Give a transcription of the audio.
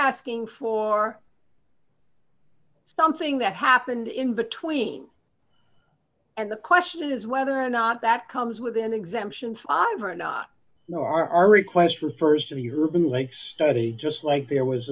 asking for something that happened in between and the question is whether or not that comes with an exemption five or not no our request refers to her been like study just like there was